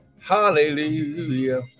hallelujah